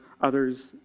others